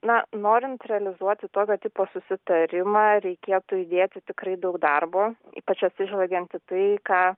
na norint realizuoti tokio tipo susitarimą reikėtų įdėti tikrai daug darbo ypač atsižvelgiant į tai ką